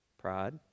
Pride